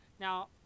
Now